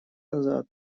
назад